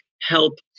help